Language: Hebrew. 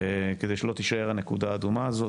כדי שלא תישאר הנקודה האדומה הזאת,